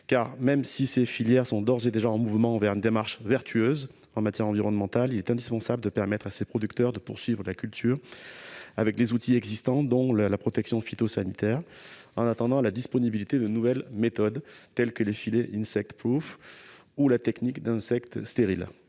même si ces filières sont d'ores et déjà en mouvement vers une démarche vertueuse en matière environnementale, il est indispensable de permettre aux producteurs de poursuivre leur culture avec les outils existants, dont fait partie la protection phytosanitaire, en attendant la disponibilité de nouvelles méthodes, telles que les filets dits «» ou la technique d'insectes stériles.